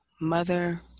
mother